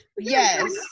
Yes